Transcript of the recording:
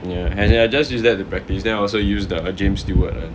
ya as in I just use that to practice then I also use the james stewart [one]